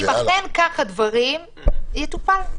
אם אכן כך הדברים יטופלו.